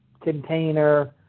container